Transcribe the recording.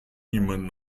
niemand